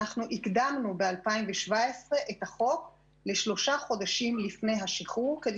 הקדמנו ב-2017 את החוק ל-3 חודשים לפני השחרור כדי